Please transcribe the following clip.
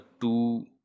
two